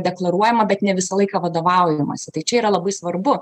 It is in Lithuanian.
deklaruojama bet ne visą laiką vadovaujamasi tai čia yra labai svarbu